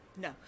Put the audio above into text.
no